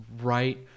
right